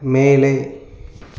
மேலே